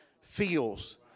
feels